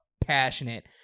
passionate